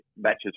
matches